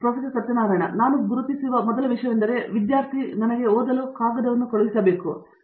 professor Satyanarayana N Gummadi ನಾನು ಗುರುತಿಸಿದ ಮೊದಲ ವಿಷಯವೆಂದರೆ ವಿದ್ಯಾರ್ಥಿ ನನಗೆ ಓದಲು ಕಾಗದವನ್ನು ಕಳುಹಿಸುತ್ತಿದ್ದಾನೆ